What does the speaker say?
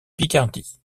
picardie